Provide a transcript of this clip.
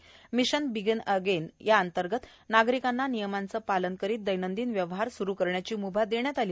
mission begin again अंतर्गत नागरिकांना नियमांचे पालन करीत दैनंदिन व्यवहार सुरु करण्याची मुभा देण्यात आली